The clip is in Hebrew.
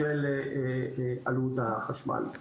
של עלות החשמל.